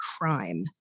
crime